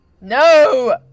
no